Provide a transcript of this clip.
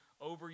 over